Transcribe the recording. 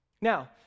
Now